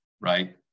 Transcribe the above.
right